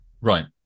Right